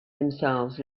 themselves